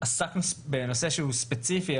עסקנו בנושא שהוא ספציפי,